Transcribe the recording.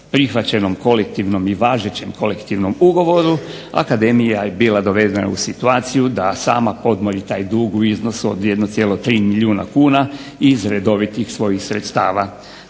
prihvaćenom i važećem kolektivnom ugovoru akademija je bila dovedena u situaciju da sama podmiri taj dug u iznosu od 1,3 milijuna kuna iz redovitih svojih sredstava.